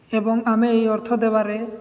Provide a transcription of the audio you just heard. ଏବଂ ଆମେ ଏହି ଅର୍ଥ ଦେବାରେ